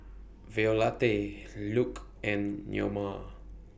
Violette Luke and Neoma